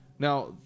Now